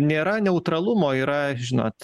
nėra neutralumo yra žinot